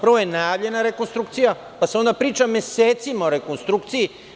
Prvo je najavljenarekonstrukcija, pa se onda priča mesecima o rekonstrukciji.